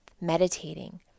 meditating